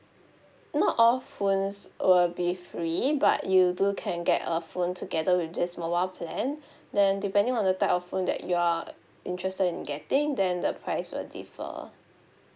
not all phones will be free but you do can get a phone together with this mobile plan then depending on the type of phone that you are interested in getting then the price will differ